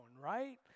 right